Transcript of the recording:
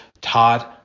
Todd